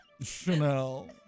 Chanel